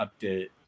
update